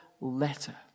letter